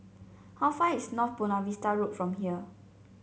how far is North Buona Vista Road from here